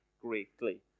greatly